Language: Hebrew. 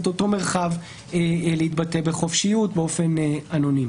את אותו מרחב להתבטא בחופשיות באופן אנונימי.